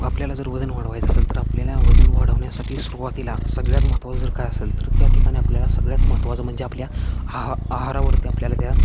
आपल्याला जर वजन वाढवायचं असेल तर आपल्याला वजन वाढवण्यासाठी सुरुवातीला सगळ्यात महत्त्वाचं जर काय असेल तर त्या ठिकाणी आपल्याला सगळ्यात महत्त्वाचं म्हणजे आपल्या आह आहारावरती आपल्याला त्या